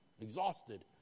exhausted